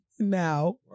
now